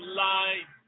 light